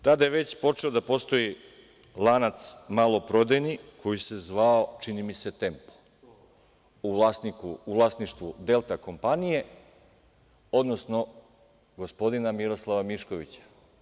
Tada je već počeo da postoji lanac maloprodajni, koji se zvao, čini mi se, „Tempo“ u vlasništvu „Delta kompanije“, odnosno gospodina Miroslava Miškovića.